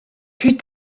plus